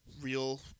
real